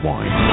Wine